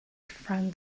friend